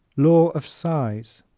law of size